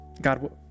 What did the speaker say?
God